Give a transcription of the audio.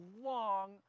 long